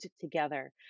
together